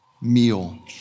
meal